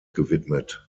gewidmet